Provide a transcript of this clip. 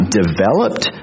developed